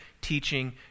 teaching